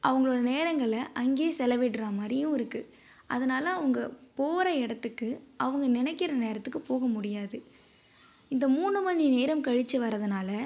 அவங்களோட நேரங்களை அங்கே செலவிடுற மாதிரியும் இருக்குது அதனால் அவங்க போகிற இடத்துக்கு அவங்க நினைக்கிற நேரத்துக்கு போக முடியாது இந்த மூணு மணி நேரம் கழிச்சு வரதனால